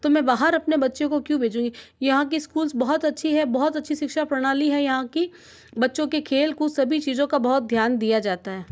तो मैं बाहर अपने बच्चे को क्यों भेजूँगी यहाँ के स्कूल्स बहुत अच्छे है बहुत अच्छी शिक्षा प्रणाली है यहाँ की बच्चों के खेल कूद सभी चीज़ों का ध्यान दिया जाता है